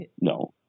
no